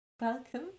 welcome